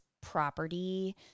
property